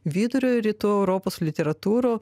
vidurio rytų europos literatūrų